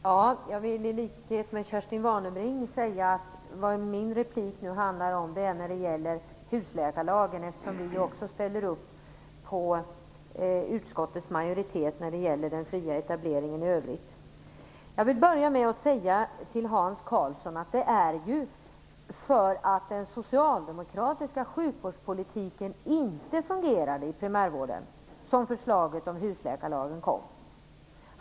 Herr talman! Jag vill, i likhet med Kerstin Warnerbring, säga att min replik handlar om husläkarlagen, eftersom vi också ställer upp på utskottets majoritets yrkande när det gäller den fria etableringen i övrigt. Jag vill börja med att säga till Hans Karlsson att det var för att den socialdemokratiska sjukvårdspolitiken inte fungerade i primärvården som förslaget om husläkarlagen kom.